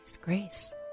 Grace